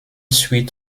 suit